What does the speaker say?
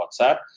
WhatsApp